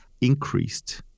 increased